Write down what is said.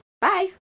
Bye